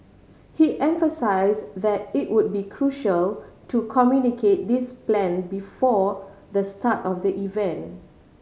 he emphasise that it would be crucial to communicate this plan before the start of the event